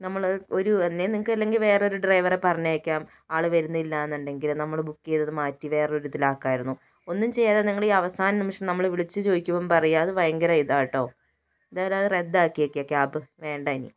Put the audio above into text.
നമ്മള് ഒരു ഒന്നുങ്കിൽ നിങ്ങൾക്ക് വേറെ ഒരു ഡ്രൈവറെ പറഞ്ഞയക്കാം ആൾ വരുന്നില്ല എന്നുണ്ടെങ്കിൽ നമ്മൾ ബുക്ക് ചെയ്തത് മാറ്റി വേറെ ഒരു ഇതിൽ ആക്കാമായിരുന്നു ഒന്നും ചെയ്യാതെ നിങ്ങൾ ഈ അവസാന നിമിഷം നമ്മളെ വിളിച്ച് ചോദിക്കുമ്പം പറയുക അത് ഭയങ്കര ഇതാട്ടോ എന്തായാലും ഇനി അത് റദ്ദാക്കിയേക്ക് ക്യാബ് വേണ്ട ഇനി